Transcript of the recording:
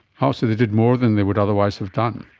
ah so they did more than they would otherwise have done.